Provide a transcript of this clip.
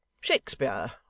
Shakespeare